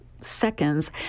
seconds